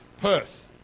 Perth